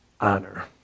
honor